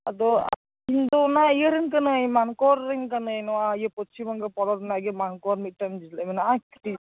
ᱟᱫᱚ ᱤᱧᱫᱚ ᱱᱚᱣᱟ ᱤᱭᱟᱹᱨᱮᱱ ᱠᱟᱹᱱᱟᱹᱧ ᱢᱟᱱᱠᱚᱲ ᱨᱮᱱ ᱠᱟᱹᱱᱟᱹᱧ ᱱᱚᱣᱟ ᱤᱭᱟᱹ ᱯᱚᱥᱪᱷᱤᱢ ᱵᱚᱝᱜᱚ ᱯᱚᱱᱚᱛ ᱨᱮᱱᱟᱜ ᱜᱮ ᱢᱟᱱᱠᱚᱲ ᱢᱮᱫᱴᱟᱝ ᱡᱮᱞᱟ ᱢᱮᱱᱟᱜᱼᱟ ᱠᱟᱹᱴᱤᱡ